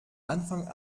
anfang